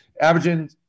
averaging